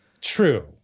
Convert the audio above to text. true